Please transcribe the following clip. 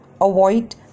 Avoid